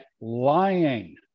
lying